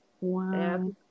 Wow